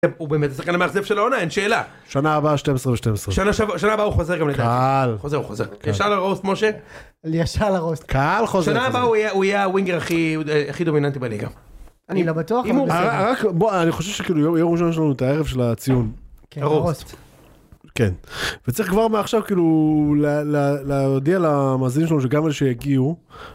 הוא באמת השחקן המאכזב של העונה אין שאלה שנה הבאה 12 ו12 שנה שבוע שנה הבאה הוא חוזר גם לדעת חוזר חוזר ישר לרוסט משה. לישר לרוסט קהל חוזר שנה הבאה הוא יהיה הווינגר הכי הכי דומיננטי בליגה. אני לא בטוח אם הוא בסדר. אני חושב שכאילו יהיה ראשון שלנו את הערב של הציון. כן. וצריך כבר מעכשיו כאילו להודיע למאזינים שלנו שגם אלה שיגיעו.